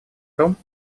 том